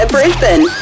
Brisbane